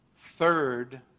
third